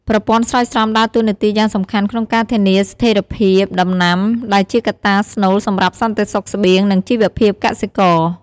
ប្រព័ន្ធស្រោចស្រពដើរតួនាទីយ៉ាងសំខាន់ក្នុងការធានាស្ថេរភាពដំណាំ ដែលជាកត្តាស្នូលសម្រាប់សន្តិសុខស្បៀង និងជីវភាពកសិករ។